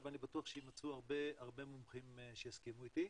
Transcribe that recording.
אבל אני מניח שיימצאו הרבה מומחים שיסכימו איתי.